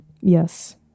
Yes